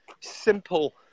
simple